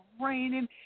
raining